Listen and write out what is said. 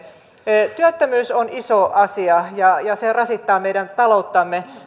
työttömyys on iso asia ja se rasittaa meidän talouttamme